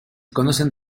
conocen